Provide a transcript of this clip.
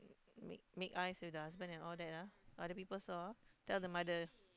make make eyes with the husband and all that ah other people saw tell the mother